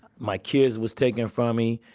my kids was taken from me.